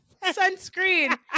Sunscreen